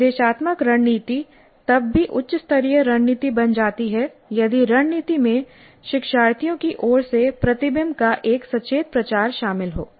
निर्देशात्मक रणनीति तब भी उच्च स्तरीय रणनीति बन जाती है यदि रणनीति में शिक्षार्थियों की ओर से प्रतिबिंब का एक सचेत प्रचार शामिल हो